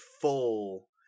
full